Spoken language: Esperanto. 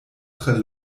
tre